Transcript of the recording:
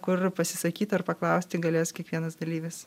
kur pasisakyt ar paklausti galės kiekvienas dalyvis